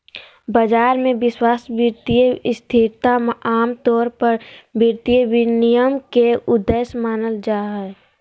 बाजार मे विश्वास, वित्तीय स्थिरता आमतौर पर वित्तीय विनियमन के उद्देश्य मानल जा हय